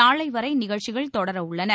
நாளை வரை நிகழ்ச்சிகள் தொடர உள்ளன